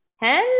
Hello